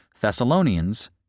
Thessalonians